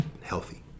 healthy